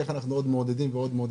איך אנחנו מעודדים עוד ועוד.